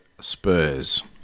Spurs